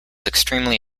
extremely